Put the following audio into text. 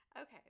Okay